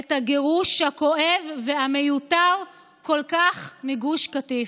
את הגירוש הכואב והמיותר כל כך מגוש קטיף.